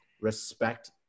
respect